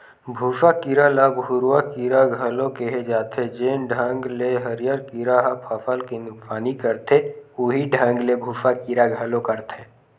भूँसा कीरा ल भूरूवा कीरा घलो केहे जाथे, जेन ढंग ले हरियर कीरा ह फसल के नुकसानी करथे उहीं ढंग ले भूँसा कीरा घलो करथे